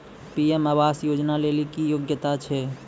PM Awas Yojana लेली की योग्यता छै?